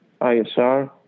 ISR